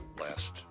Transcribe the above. last